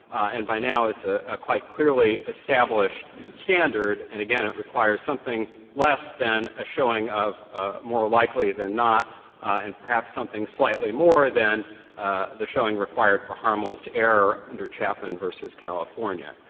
and by now it's ah a quite clearly established standard. and again it requires something less than a showing of more likely than not and perhaps something slightly more than the showing required for harmless error under chapman v. california.